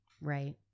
Right